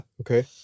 Okay